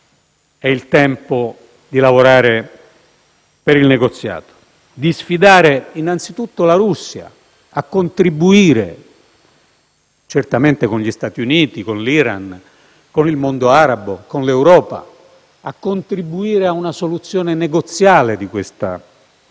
è il tempo di lavorare per il negoziato, di sfidare innanzitutto la Russia a contribuire, certamente con gli Stati Uniti, con l'Iran, con il mondo arabo, con l'Europa, a una soluzione negoziale di questa crisi,